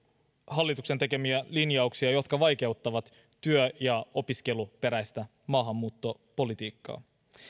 hallituksen tekemiä linjauksia jotka vaikeuttavat työ ja opiskeluperäistä maahanmuuttopolitiikkaa voisin